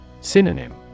Synonym